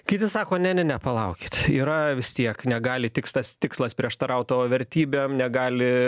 kiti sako ne ne ne palaukit yra vis tiek negali tikslas tikslas prieštaraut tavo vertybėm negali